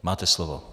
Máte slovo.